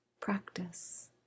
practice